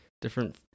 different